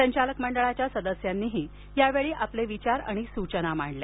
संचालक मंडळाच्या सदस्यांनीही यावेळी आपले विचार आणि सूचना मांडल्या